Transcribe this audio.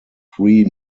three